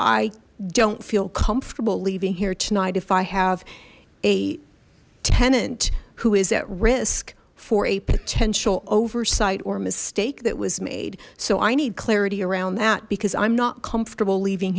i don't feel comfortable leaving here tonight if i have a tenant who is at risk for a potential oversight or mistake that was made so i need clarity around that because i'm not comfortable leaving